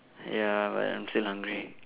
ya but I'm still hungry